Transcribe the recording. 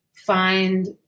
Find